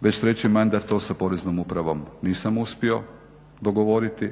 već treći mandat to sa poreznom upravom nisam uspio dogovoriti